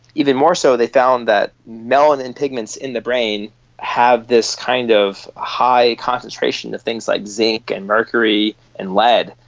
even more so they found that melanin pigments in the brain have this kind of high concentration of things like zinc and mercury and lead.